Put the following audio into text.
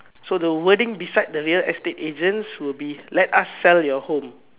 so the wording beside the real estate agents will be let us sell your home